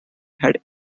had